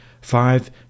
Five